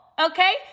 Okay